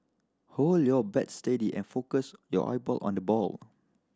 hold your bat steady and focus your eye ball on the ball